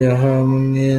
yahamwe